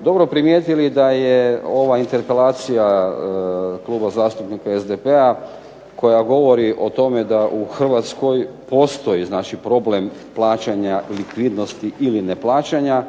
dobro primijetili da je ova interpelacija Kluba zastupnika SDP-a koja govori o tome da u Hrvatskoj postoji znači problem likvidnosti ili ne plaćanja,